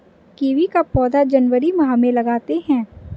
kiwi का पौधा जनवरी माह में लगाते हैं